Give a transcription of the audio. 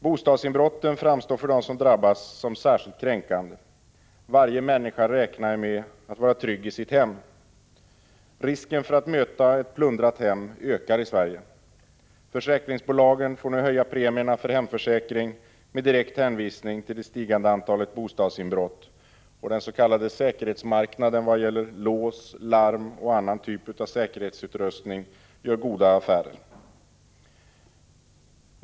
Bostadsinbrotten framstår för dem som drabbas som särskilt kränkande. Varje människa räknar ju med att vara trygg i sitt hem. Risken för att möta ett plundrat hem ökar i Sverige. Försäkringsbolagen får nu höja premierna för hemförsäkring med direkt hänvisning till det stigande antalet bostadsinbrott. Den s.k. säkerhetsmarknaden vad gäller lås, larm och annan typ av säkerhetsutrustning gör goda affärer.